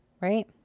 right